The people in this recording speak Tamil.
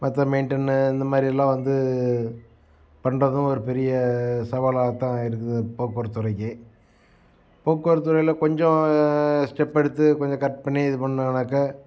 மற்ற மெயிண்டனு இந்தமாதிரிலாம் வந்து பண்ணுறதும் ஒரு பெரிய சவாலாக தான் இருக்குது போக்குவரத்துத்துறைக்கு போக்குவரத்து துறையில் கொஞ்சம் ஸ்டெப் எடுத்து கொஞ்சம் கரெக்ட் பண்ணி இது பண்ணிணாங்கனாக்கா